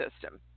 system